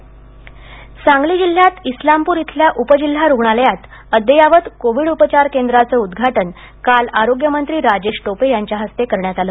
रूग्णालय सांगली जिल्ह्यात इस्लामपूर इथल्या उपजिल्हा रुग्णालयात अद्ययावत कोविड उपचार केंद्राचं उद्वाटन काल आरोग्यमंत्री राजेश टोपे यांच्या हस्ते करण्यात आलं